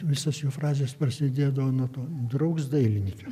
visos jo frazės prasidėdavo nuo to draugs dailininke